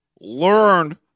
Learn